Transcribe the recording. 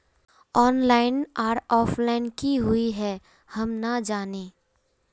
Online आर offline की हुई है हम ना जाने?